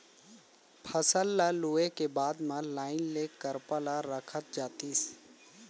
फसल ल लूए के बाद म लाइन ले करपा ल रखत जातिस